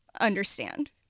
understand